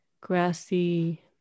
grassy